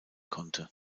konnte